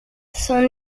son